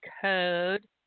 code